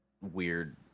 weird